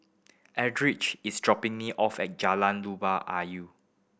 Eldridge is dropping me off at Jalan Luba